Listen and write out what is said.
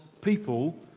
people